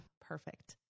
Perfect